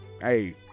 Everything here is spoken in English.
Hey